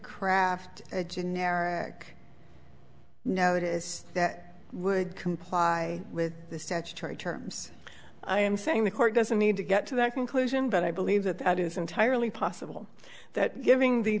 craft a generic now that is would comply with the statutory terms i am saying the court doesn't need to get to that conclusion but i believe that that is entirely possible that giving the